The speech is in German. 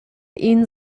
ihn